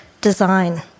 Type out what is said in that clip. Design